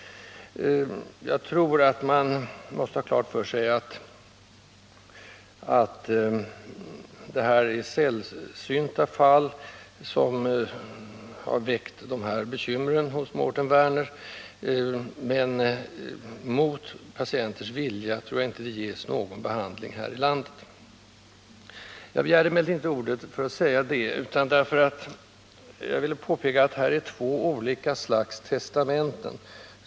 Jag tror att man måste ha klart för sig att det är sällsynta fall som har väckt dessa bekymmer hos Mårten Werner. Mot patienters vilja tror jag inte att det ges någon behandling här i landet. Jag begärde emellertid ordet för att påpeka att det förekommer två olika slag av testamenten.